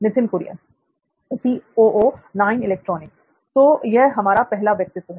नित्थिन कुरियन तो यह हमारा पहला व्यक्तित्व है